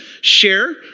share